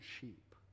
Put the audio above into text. sheep